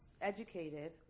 educated